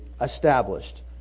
established